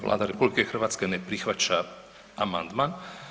Vlada RH ne prihvaća amandman.